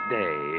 day